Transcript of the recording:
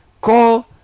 Call